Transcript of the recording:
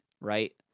right